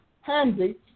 handy